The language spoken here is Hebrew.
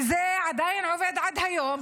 וזה עדיין עובד עד היום,